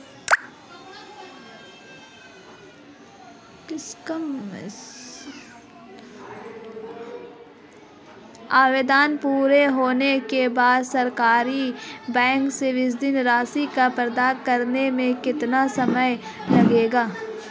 आवेदन पूरा होने के बाद सरकारी बैंक से ऋण राशि प्राप्त करने में कितना समय लगेगा?